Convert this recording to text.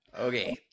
Okay